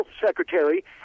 secretary